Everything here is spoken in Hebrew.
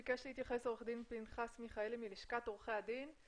ביקש להתייחס עו"ד פנחס מיכאלי מלשכת עורכי הדין.